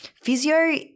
physio